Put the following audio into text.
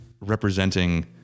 representing